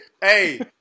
hey